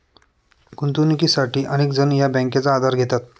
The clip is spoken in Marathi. गुंतवणुकीसाठी अनेक जण या बँकांचा आधार घेतात